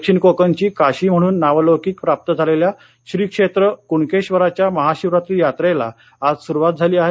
दक्षिण कोकणची काशी म्हणून नावलौकिक प्राप्त झालेल्या श्री क्षेत्र क्णकेश्वरच्या महाशिवरात्र यात्रेला आज सुरुवात झाली आहे